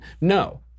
No